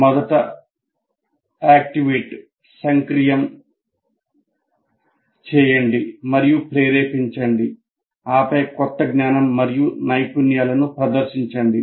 మొదట సక్రియం చేయండి మరియు ప్రేరేపించండి ఆపై కొత్త జ్ఞానం మరియు నైపుణ్యాలను ప్రదర్శించండి